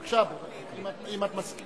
בבקשה, אם לך נוח.